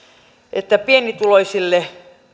että pienituloisille